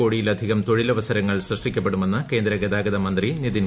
കോടിയിലധികം തൊഴിലവസരങ്ങൾ സൃഷ്ടിക്കപ്പെടുമെന്ന് കേന്ദ്ര ഗതാഗത മന്ത്രി നിതിൻ ഗ്ലൂഡ്ക്രി